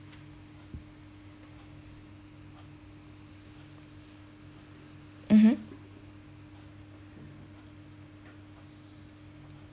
mmhmm